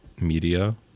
media